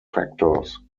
factors